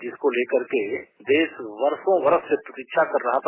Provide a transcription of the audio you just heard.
इसको लेकर के देश वर्षो बरस इसकी प्रतीक्षा कर रहा था